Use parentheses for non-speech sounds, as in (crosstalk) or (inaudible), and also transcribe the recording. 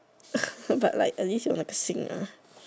(noise) but like at least you're practicing